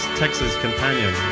tex's companion.